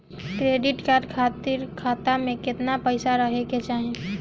Credit card खातिर खाता में केतना पइसा रहे के चाही?